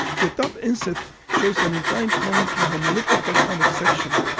the top inset shows an inclined cone with an elliptical conic section.